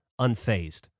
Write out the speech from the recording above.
unfazed